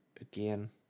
again